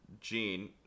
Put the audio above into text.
Gene